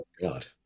God